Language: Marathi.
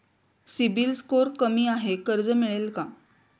सिबिल स्कोअर कमी आहे कर्ज मिळेल का?